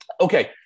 Okay